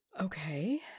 Okay